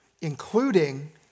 including